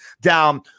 down